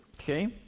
Okay